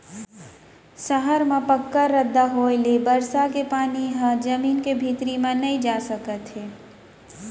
सहर म पक्का रद्दा होए ले बरसा के पानी ह जमीन के भीतरी म नइ जा सकत हे